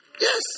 Yes